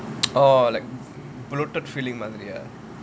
orh like bloated feeling ah